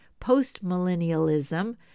postmillennialism